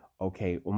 Okay